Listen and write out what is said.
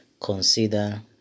consider